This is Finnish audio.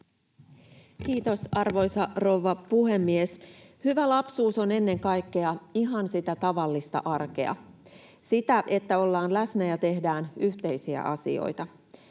Kiitos, arvoisa rouva puhemies! Hyvä lapsuus on ennen kaikkea ihan sitä tavallista arkea, sitä, että ollaan läsnä ja tehdään yhteisiä asioita.